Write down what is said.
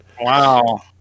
Wow